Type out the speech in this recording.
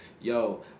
Yo